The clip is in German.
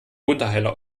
wunderheiler